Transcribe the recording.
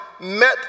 met